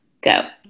go